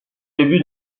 début